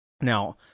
Now